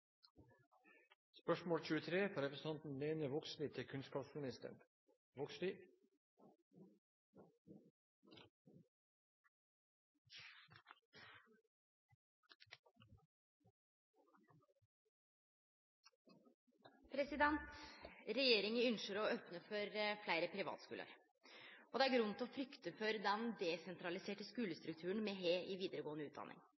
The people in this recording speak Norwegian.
Spørsmål 22 er allerede besvart. «Regjeringen ønsker å åpne opp for flere privatskoler, og det er grunn til å frykte for den desentraliserte skolestrukturen vi har i videregående utdanning.